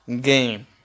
game